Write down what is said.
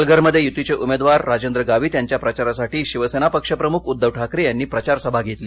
पालघरमध्ये युतीचे उमेदवार राजेंद्र गावित यांच्या प्रचारासाठी शिवसेना पक्ष प्रमुख उद्धव ठाकरे यांनी प्रचार सभा घेतली